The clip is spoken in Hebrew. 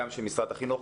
גם של משרד החינוך,